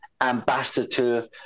ambassador